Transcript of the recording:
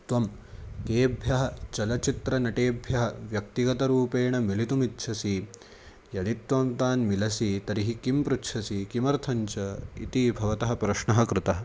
त्वं केभ्यः चलचित्रनटेभ्यः व्यक्तिगतरूपेण मिलितुम् इच्छसि यदि त्वं तान् मिलसि तर्हि किं पृच्छसि किमर्थं च इति भवतः प्रश्नः कृतः